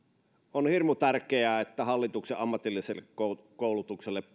on hirmu tärkeää että viedään eteenpäin hallituksen ammatilliselle koulutukselle